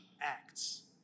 acts